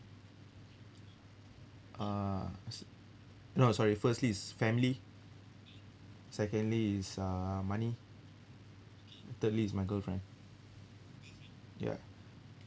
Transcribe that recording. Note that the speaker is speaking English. uh no sorry firstly is family secondly is uh money thirdly is my girlfriend ya